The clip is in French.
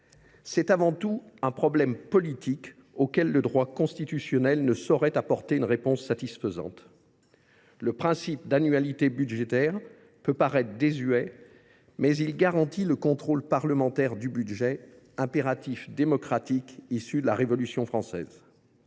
là avant tout d’un problème politique auquel le droit constitutionnel ne saurait apporter une réponse satisfaisante. Le principe d’annualité budgétaire peut paraître désuet, mais il garantit le contrôle parlementaire du budget, impératif démocratique issu de la Révolution française.